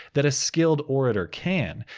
that a skilled orator can,